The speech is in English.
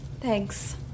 Thanks